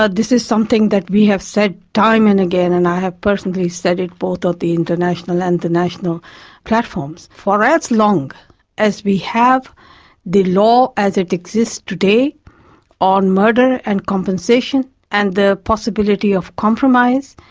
ah this is something that we have said time and again, and i have personally said it both at the international and the national platforms for as long as we have the law as it exists today on murder and compensation and the possibility of compromise,